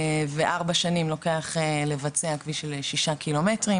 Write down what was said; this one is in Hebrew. וארבע שנים לוקח לבצע כביש של 6 ק"מ.